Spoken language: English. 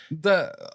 the-